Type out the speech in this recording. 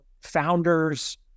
founders